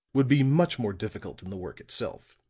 would be much more difficult than the work itself.